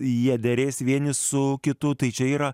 jie derės vieni su kitu tai čia yra